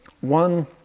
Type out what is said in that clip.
one